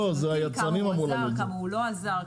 כמה הוא עזר וכמה הוא לא עזר,